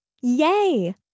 Yay